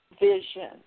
vision